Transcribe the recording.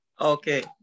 Okay